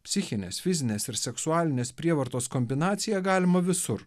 psichinės fizinės ir seksualinės prievartos kombinacija galima visur